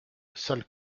salle